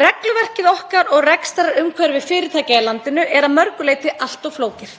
Regluverkið okkar og rekstrarumhverfi fyrirtækja í landinu er að mörgu leyti allt of flókið.